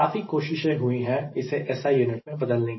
काफी कोशिशें हुई है इसे SI यूनिट में बदलने की